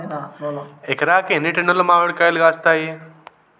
ఎకరాకి ఎన్ని టన్నులు మామిడి కాయలు కాస్తాయి?